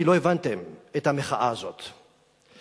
כי לא הבנתם את המחאה הזאת,